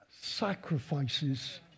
sacrifices